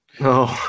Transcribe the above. No